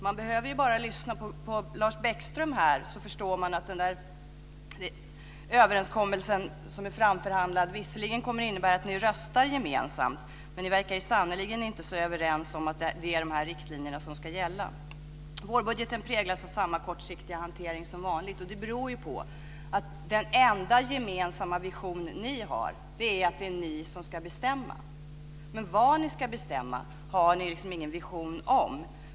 Man behöver bara lyssna på Lars Bäckström så förstår man att den överenskommelse som är framförhandlad visserligen kommer att innebära att ni röstar gemensamt, men ni verkar sannerligen inte så överens om att det är de här riktlinjerna som ska gälla. Vårbudgeten präglas av samma kortsiktiga hantering som vanligt. Det beror på att den enda gemensamma vision ni har är att det är ni som ska bestämma, men vad ni ska bestämma har ni ingen vision om.